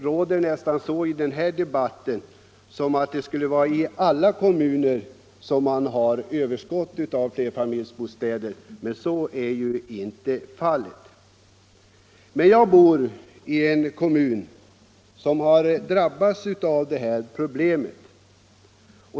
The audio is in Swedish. I den här debatten låter det nästan som om alla kommuner skulle ha överskott på lägenheter i flerfamiljshus, men så är ju inte fallet. Jag bor emellertid i en kommun som har drabbats av det här problemet.